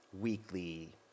weekly